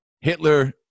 Hitler